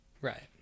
right